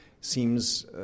seems